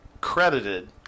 credited